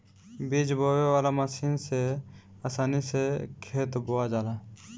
बीज बोवे वाला मशीन से आसानी से खेत बोवा जाला